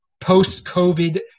post-COVID